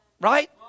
Right